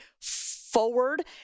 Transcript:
forward